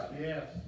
yes